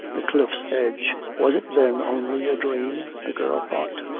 the cliff's edge, was it then only a dream the girl thought.